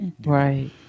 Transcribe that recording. right